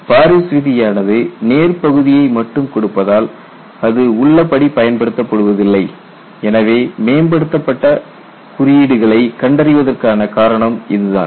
Paris விதி ஆனது நேர் பகுதியை மட்டும் கொடுப்பதால் அது உள்ளபடி பயன்படுத்தப்படுவதில்லை எனவே மேம்படுத்தப்பட்ட குறியீடுகளை கண்டறிவதற்கான காரணம் இதுதான்